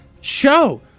show